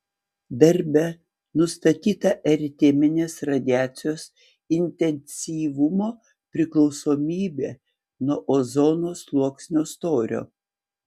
darbe nustatyta eriteminės radiacijos intensyvumo priklausomybė nuo ozono sluoksnio storio